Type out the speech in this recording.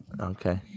Okay